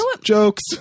Jokes